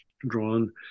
drawn